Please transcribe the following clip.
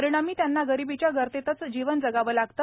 परिणामी त्यांना गरिबीच्या गर्तेतच जीवन जगावे लागते